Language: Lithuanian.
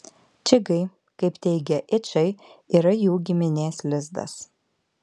čigai kaip teigia yčai yra jų giminės lizdas